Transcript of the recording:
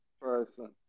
person